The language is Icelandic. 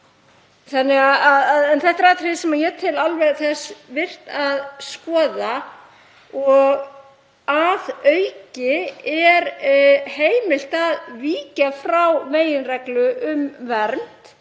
Þetta eru atriði sem ég tel alveg þess virði að skoða. Að auki er heimilt að víkja frá meginreglu um vernd